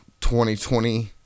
2020